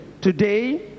Today